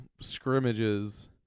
scrimmages